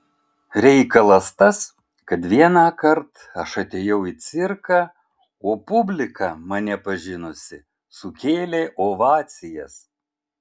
reikalas tas kad vienąkart aš atėjau į cirką o publika mane pažinusi sukėlė ovacijas